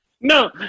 No